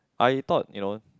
I thought you know